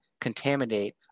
contaminate